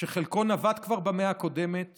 שחלקו נבט כבר במאה הקודמת